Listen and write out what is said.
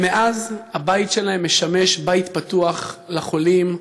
ומאז הבית שלהם משמש בית פתוח לחולים,